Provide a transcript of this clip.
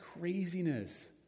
craziness